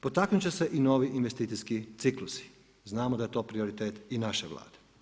Potaknuti će se i novi investicijski ciklusi, znamo da je to prioritet i naše Vlade.